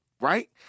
right